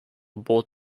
abort